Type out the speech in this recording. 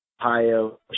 Ohio